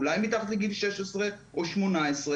אולי מתחת לגיל 16 או 18,